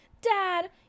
Dad